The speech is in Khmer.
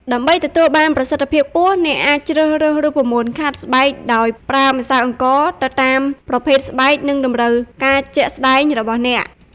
ដើម្បីទទួលបានប្រសិទ្ធភាពខ្ពស់ អ្នកអាចជ្រើសរើសរូបមន្តខាត់ស្បែកដោយប្រើម្សៅអង្ករទៅតាមប្រភេទស្បែក និងតម្រូវការជាក់ស្តែងរបស់អ្នក។